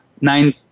nine